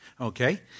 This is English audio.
Okay